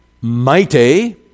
mighty